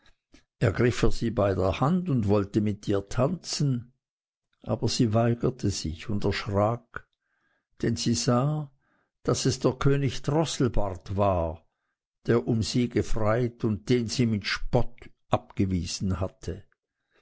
ergriff er sie bei der hand und wollte mit ihr tanzen aber sie weigerte sich und erschrak denn sie sah daß es der könig drosselbart war der um sie gefreit und den sie mit spott abgewiesen hatte